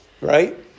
Right